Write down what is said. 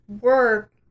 work